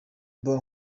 mbuga